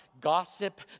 gossip